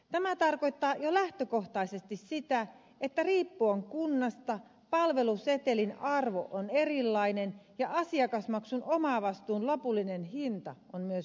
tämä tarkoittaa jo lähtökohtaisesti sitä että riippuen kunnasta palvelusetelin arvo on erilainen ja asiakasmaksun omavastuun lopullinen hinta on myös erilainen